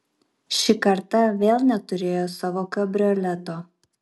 ši karta vėl neturėjo savo kabrioleto